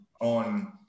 on